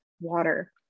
water